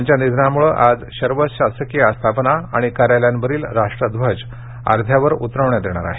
त्यांच्या निधनामुळे आज सर्व शासकीय आस्थापना आणि कार्यालयांवरील राष्ट्रध्वज अध्यावर उतरविण्यात येणार आहेत